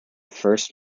first